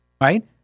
right